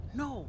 no